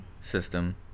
system